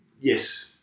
yes